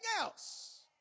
else